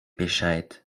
bescheid